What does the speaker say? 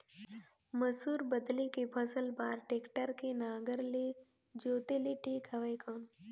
मसूर बदले के फसल बार टेक्टर के नागर ले जोते ले ठीक हवय कौन?